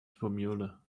formula